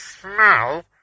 smell